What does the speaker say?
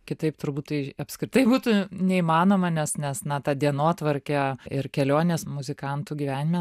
kitaip turbūt tai apskritai būtų neįmanoma nes nes na tą dienotvarkė ir kelionės muzikantų gyvenime